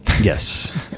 Yes